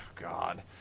God